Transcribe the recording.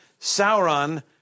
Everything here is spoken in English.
Sauron